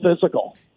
physical